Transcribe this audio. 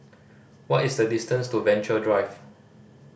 what is the distance to Venture Drive